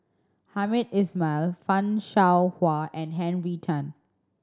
Hamed Ismail Fan Shao Hua and Henry Tan